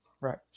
Right